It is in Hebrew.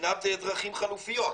בחינת דרכים חלופיות,